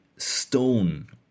stone